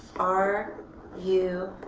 are you